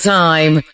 time